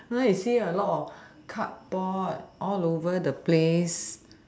now you see a lot of cardboard all over the place